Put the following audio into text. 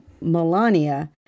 Melania